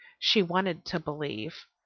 she wanted to believe,